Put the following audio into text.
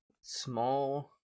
small